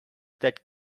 that